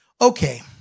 Okay